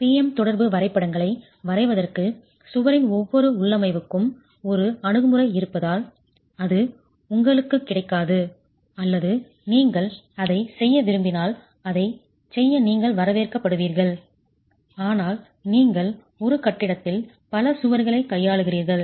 P M தொடர்பு வரைபடங்களை வரைவதற்கு சுவரின் ஒவ்வொரு உள்ளமைவுக்கும் ஒரு அணுகுமுறை இருப்பதால் அது உங்களுக்குக் கிடைக்காது அல்லது நீங்கள் அதைச் செய்ய விரும்பினால் அதைச் செய்ய நீங்கள் வரவேற்கப்படுகிறீர்கள் ஆனால் நீங்கள் ஒரு கட்டிடத்தில் பல சுவர்களைக் கையாளுகிறீர்கள்